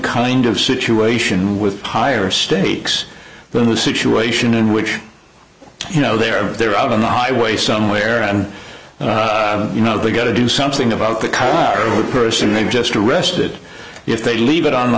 kind of situation with higher stakes than the situation in which you know they're they're out on the highway somewhere and you know they've got to do something about the person they've just arrested if they leave it on the